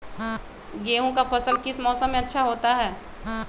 गेंहू का फसल किस मौसम में अच्छा होता है?